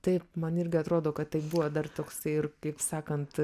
taip man irgi atrodo kad taip buvo dar toksai ir kaip sakant